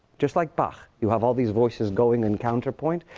just like bach, you have all these voices going in counterpoint.